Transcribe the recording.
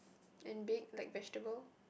and big like vegetable